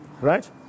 right